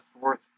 fourth